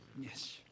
Yes